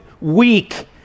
weak